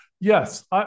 Yes